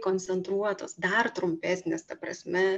koncentruotos dar trumpesnės ta prasme